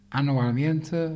anualmente